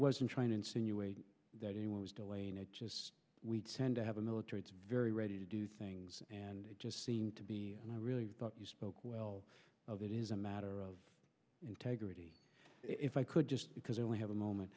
wasn't trying to insinuate that he was delaying it just we tend to have a military very ready to do things and it just seemed to be and i really thought you spoke well of it is a matter of integrity if i could just because you only have a moment